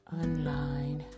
online